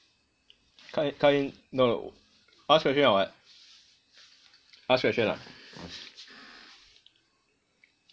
cut in cut in no ask question or what ask question ah